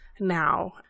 now